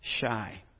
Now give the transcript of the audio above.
shy